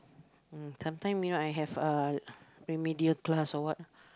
mm sometimes you know I have uh remedial class or what